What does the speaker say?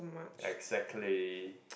exactly